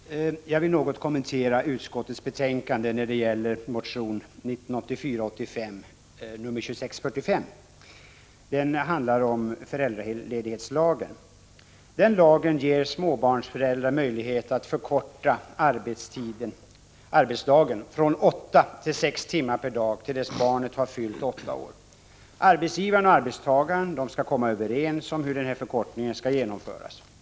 Herr talman! Jag vill något kommentera motion 1984/85:2645 som behandlas i utskottsbetänkandet. Motionen handlar om föräldraledighetslagen. Den lagen ger småbarnsföräldrar möjlighet att förkorta arbetsdagen från åtta till sex timmar per dag till dess barnet har fyllt åtta år. Arbetsgivaren 24 och arbetstagaren skall komma överens om hur förkortningen skall genomfö ras.